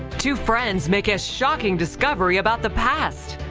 two friends make a shocking discovery about the past.